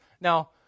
Now